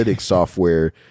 software